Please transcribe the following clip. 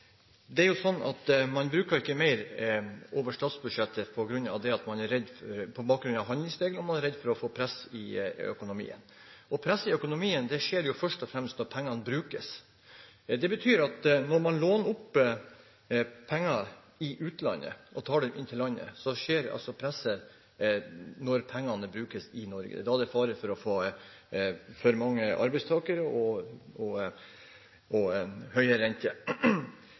Det er jo slik at man ikke bruker mer over statsbudsjettet på bakgrunn av handlingsregelen, og fordi man er redd for å få press i økonomien. Press i økonomien skjer jo først og fremst når pengene brukes. Det betyr at når man låner penger i utlandet og tar dem inn til landet, skjer presset når pengene brukes i Norge. Det er da det er fare for å få for mange arbeidstakere og høye renter.